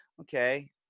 okay